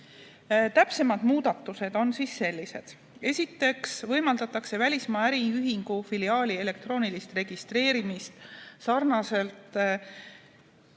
Täpsemad muudatused on sellised. Esiteks võimaldatakse välismaa äriühingu filiaali elektroonilist registreerimist sarnaselt